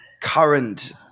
current